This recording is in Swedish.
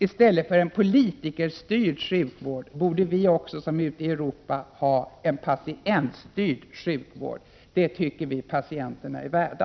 I stället för en politikerstyrd sjukvård borde också vi här i Sverige som ute i Europa ha en patientstyrd sjukvård. Det tycker vi att patienterna är värda.